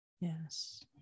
yes